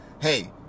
hey